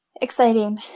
exciting